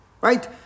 right